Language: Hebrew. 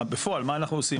בפועל מה אנחנו עושים?